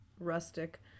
rustic